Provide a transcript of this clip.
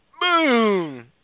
boom